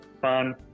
fun